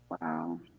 Wow